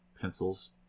pencils